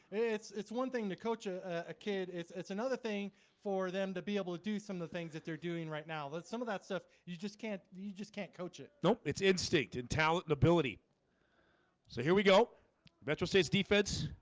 it's it's one thing to coach a ah kid it's it's another thing for them to be able to do some of the things that they're doing right now let's some of that stuff. you just can't you just can't coach it. nope. it's instinct and talent ability so here we go metro state's defense.